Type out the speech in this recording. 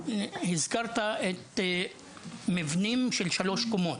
הזכרת מבנים מעל שלוש קומות.